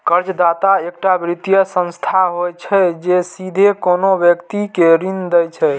कर्जदाता एकटा वित्तीय संस्था होइ छै, जे सीधे कोनो व्यक्ति कें ऋण दै छै